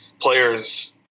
players